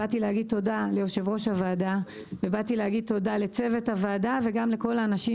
וליושב-ראש הוועדה ולצוות הוועדה וגם לכל האנשים